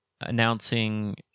announcing